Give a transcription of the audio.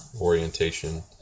orientation